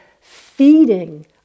feeding